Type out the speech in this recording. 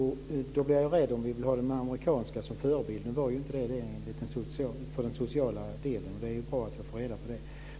Jag blir rädd om vi vill ha den amerikanska modellen som förebild. Nu var det inte så för den sociala delen. Det är ju bra att jag får reda på det.